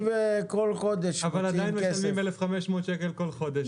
אבל עדיין משלמים 1,500 כל חודש.